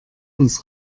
uns